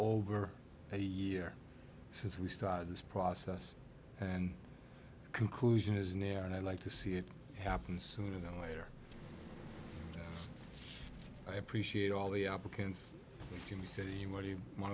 over a year since we started this process and conclusion is near and i'd like to see it happen sooner than later i appreciate all the applicants in the city